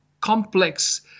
complex